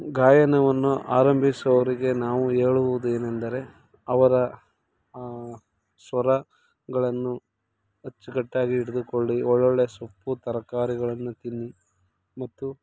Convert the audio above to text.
ಗಾಯನವನ್ನು ಆರಂಭಿಸುವವರಿಗೆ ನಾವು ಹೇಳುವುದೇನೆಂದರೆ ಅವರ ಸ್ವರಗಳನ್ನು ಅಚ್ಚುಕಟ್ಟಾಗಿ ಹಿಡಿದುಕೊಳ್ಳಿ ಒಳ್ಳೊಳ್ಳೆ ಸೊಪ್ಪು ತರಕಾರಿಗಳನ್ನು ತಿನ್ನಿ ಮತ್ತು